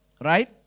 right